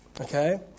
Okay